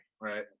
right